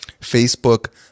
Facebook